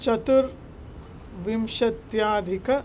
चतुर्विंशत्यधिकः